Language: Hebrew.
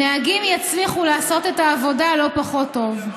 נהגים יצליחו לעשות את העבודה לא פחות טוב.